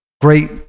great